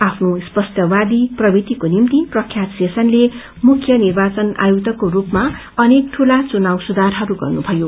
आफ्नो स्पष्टवादी प्रवृत्तिक्रो निम्ति प्रख्यात शेषनले मुख्य निर्वाचन आयुक्तको रूपमा अनेक ठूला चुनाव सुधारहरू गर्नुभयो